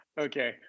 Okay